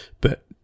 But-